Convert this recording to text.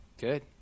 good